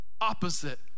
Opposite